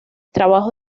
trabajo